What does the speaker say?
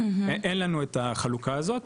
אין לנו את החלוקה הזאת,